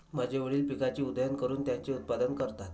माझे वडील पिकाची उधळण करून त्याचे उत्पादन करतात